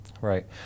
Right